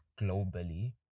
globally